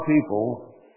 people